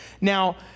Now